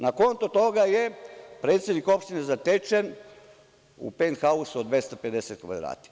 Na konto toga je predsednik opštine zatečen u pent hausu od 250 kvadrata.